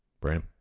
Bram